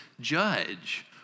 judge